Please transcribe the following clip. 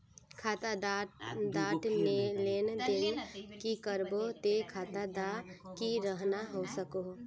खाता डात लेन देन नि करबो ते खाता दा की रहना सकोहो?